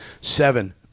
Seven